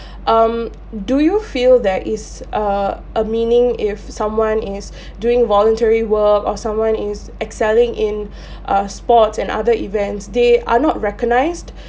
um do you feel there is a a meaning if someone is doing voluntary work or someone is excelling in uh sports and other events they are not recognised